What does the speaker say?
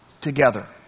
together